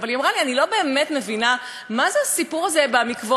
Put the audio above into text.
אבל היא אמרה לי: אני לא באמת מבינה מה זה הסיפור הזה עם המקוואות.